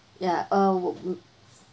ya uh wh~